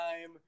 time